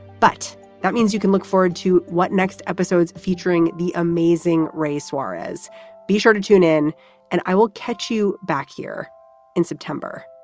but that means you can look forward to what next episodes featuring the amazing ray suarez be sure to tune in and i will catch you back here in september.